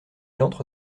entre